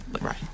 Right